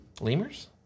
Lemurs